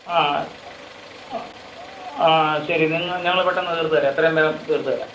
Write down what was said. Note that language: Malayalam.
ആ ആ ശരി ഞങ്ങള് പെട്ടെന്ന് തീർത്തുതരാം എത്രയും വേഗം തീർത്തുതരാം